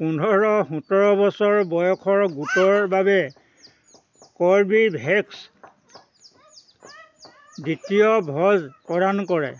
পোন্ধৰ সোতৰ বছৰ বয়সৰ গোটৰ বাবে কৰ্বীভেক্স দ্বিতীয় ড'জ প্ৰদান কৰে